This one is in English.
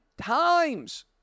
times